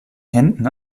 händen